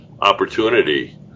opportunity